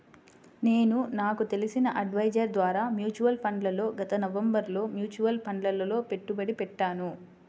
నేను నాకు తెలిసిన అడ్వైజర్ ద్వారా మ్యూచువల్ ఫండ్లలో గత నవంబరులో మ్యూచువల్ ఫండ్లలలో పెట్టుబడి పెట్టాను